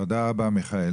תודה רבה, מיכאל.